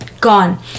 gone